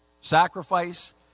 Sacrifice